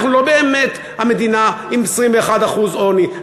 אנחנו לא באמת המדינה עם 21% עוני.